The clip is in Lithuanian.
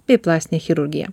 bei plastinę chirurgiją